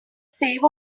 save